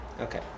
Okay